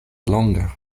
longa